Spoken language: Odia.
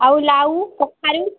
ଆଉ ଲାଉ କଖାରୁ